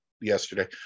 yesterday